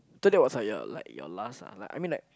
thought it was like your like your last ah I mean like